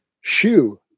shoe